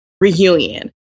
reunion